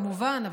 כמובן,